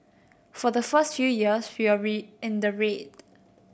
for the first few years we in the red